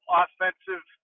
offensive